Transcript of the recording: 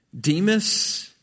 Demas